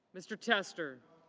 mr. tessler,